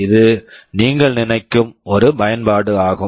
இது நீங்கள் நினைக்கும் ஒரு பயன்பாடு ஆகும்